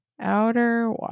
Outer